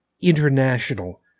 international